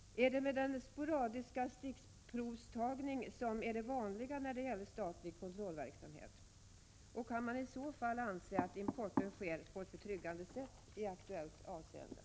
skall ske. Skall den utföras i form av den sporadiska stickprovstagning som är det vanliga när det gäller statlig kontrollverksamhet? Kan man i så fall anse att importen sker på ett betryggande sätt i aktuellt avseende?